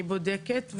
צודקת.